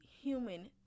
human